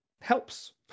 helps